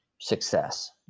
success